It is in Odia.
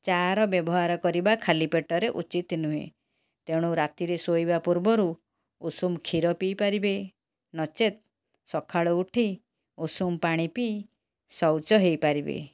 ଚା ର ବ୍ୟବହାର କରିବା ଖାଲି ପେଟରେ ଉଚିତ ନୁହେଁ ତେଣୁ ରାତିରେ ଶୋଇବା ପୂର୍ବରୁ ଉଷୁମ କ୍ଷୀର ପିଇ ପାରିବେ ନଚେତ୍ ସଖାଳୁ ଉଠି ଉଷୁମ ପାଣି ପିଇ ଶୌଚ ହେଇପାରିବେ